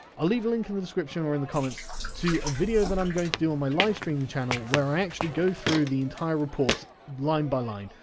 i'll leave a link in the description or in the comments to a video that i'm going through on my live-stream channel where i actually go through the entire report, line by line.